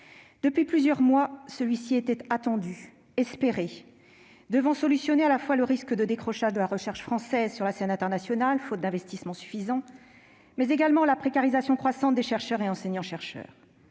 Depuis plusieurs mois, celui-ci était attendu, espéré, devant solutionner à la fois le risque de décrochage de la recherche française sur la scène internationale, faute d'investissements suffisants, et la précarisation croissante des chercheurs et enseignants-chercheurs.